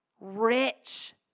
Rich